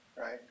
Right